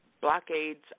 blockades